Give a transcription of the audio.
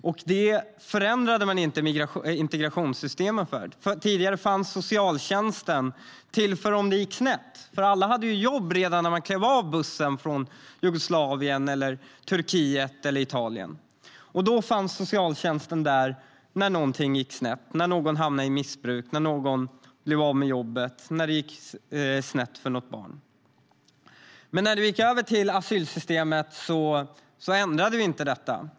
Men vi förändrade inte integrationssystemet. Tidigare fanns socialtjänsten om det gick snett, för alla hade ju jobb redan när de klev av bussen från Jugoslavien, Turkiet eller Italien. Då fanns socialtjänsten där när någonting gick snett - när någon hamnade i missbruk, när någon blev av med jobbet, när det gick snett för ett barn. När vi gick över till asylsystemet ändrade vi inte detta.